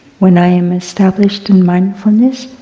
when i am established in mindfulness,